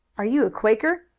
are you a quaker?